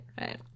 right